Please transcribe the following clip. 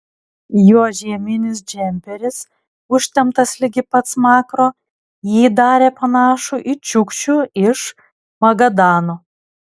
jo žieminis džemperis užtemptas ligi pat smakro jį darė panašų į čiukčių iš magadano